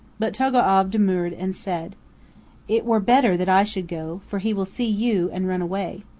but togo'av demurred and said it were better that i should go, for he will see you and run away.